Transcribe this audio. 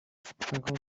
cinquante